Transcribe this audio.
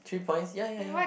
three points ya ya ya